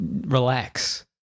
relax